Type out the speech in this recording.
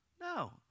No